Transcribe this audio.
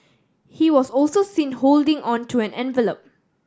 he was also seen holding on to an envelop